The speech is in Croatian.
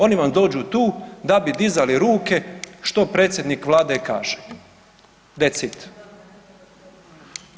Oni vam dođu tu da bi dizali ruke što predsjednik Vlade kaže, thats it.